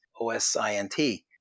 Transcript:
OSINT